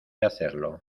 hacerlo